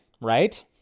right